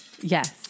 Yes